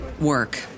work